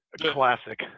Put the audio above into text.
Classic